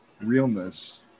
realness